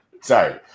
Sorry